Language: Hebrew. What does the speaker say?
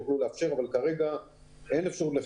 כרגע אין אפשרות,